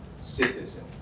citizen